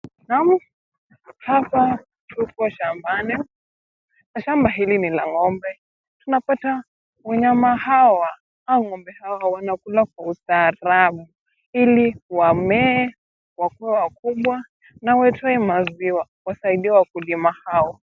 Naam, Hapa tuko shambani na shamba hili ni la ng'ombe. Tunapata wanyama hawa au ng'ombe hawa wanakula kwa ustaraabu ili wamee , wakuwe wakubwa na watoe maziwa wasaidie wakulima hao.